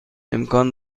امکان